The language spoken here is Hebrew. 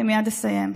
אני מייד אסיים.